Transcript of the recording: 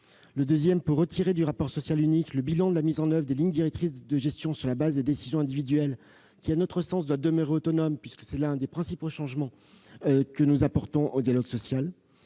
il tend à retirer du rapport social unique le bilan de la mise en oeuvre des lignes directrices de gestion sur la base des décisions individuelles, qui, à notre sens, doit demeurer autonome : c'est là l'un des principaux changements que nous apportons au dialogue social.